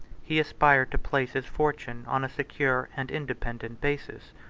he aspired to place his fortune on a secure and independent basis,